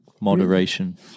Moderation